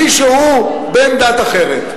מי שהוא בן דת אחרת.